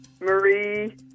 Marie